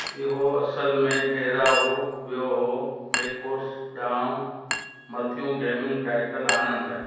इहो असल में ठहिरायो वियो हो मेकोस ॾांहुं मथियूं गेमिंग टाइटल आणण लाइ